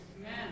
Amen